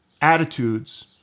attitudes